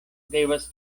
devas